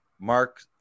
mark